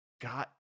got